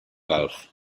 gulf